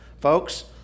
Folks